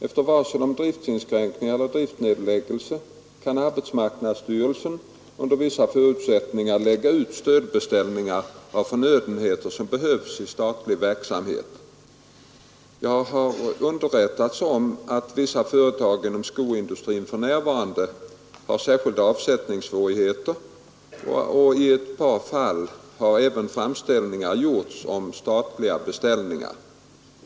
Efter varsel om driftsinskränkning eller driftsnedläggelse kan arbetsmarknadsstyrelsen under vissa förutsättningar lägga ut stödbeställningar av förnödenheter som behövs i statlig verksamhet. Jag har underrättats om att vissa företag inom skoindustrin för närvarande har särskilda avsättningssvårigheter och i ett par fall har även framställningar gjorts om statliga beställningar.